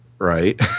Right